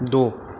द'